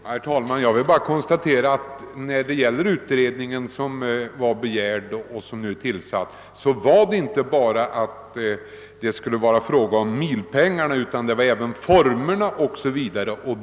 Herr talman! Jag vill bara konstatera att den utredning som begärdes och som nu är tillsatt inte bara skall ta upp frågan om bidraget per vagnsmil utan även formerna för bidragsgivningen.